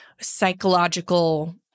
psychological